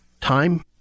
time